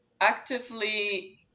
actively